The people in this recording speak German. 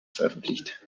veröffentlicht